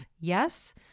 Yes